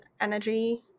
energy